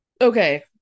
Okay